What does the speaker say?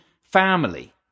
family